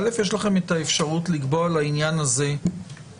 א', יש לכם את האפשרות לקבוע לעניין הזה כללים.